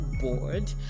bored